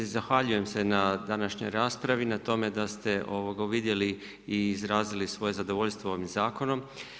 Zahvaljujem se na današnjoj raspravi i na tome da ste uvidjeli i izrazili svoje zadovoljstvo ovim zakonom.